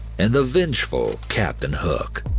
and the vengeful captain hook.